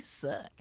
suck